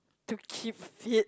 to keep fit